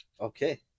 okay